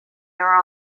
her